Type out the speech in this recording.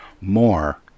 more